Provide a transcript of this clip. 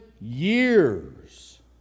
years